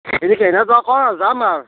সেই তেনেকুৱা নকৰ যা আৰু